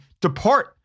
Depart